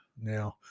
Now